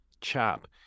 chop